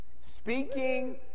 Speaking